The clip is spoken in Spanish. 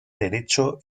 derecho